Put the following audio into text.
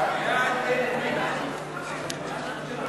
המלצת הוועדה